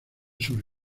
sobre